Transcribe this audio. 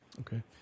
Okay